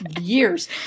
years